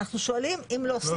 אנחנו שואלים אם להוסיף נושא.